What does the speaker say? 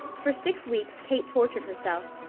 for six weeks kate tortured herself,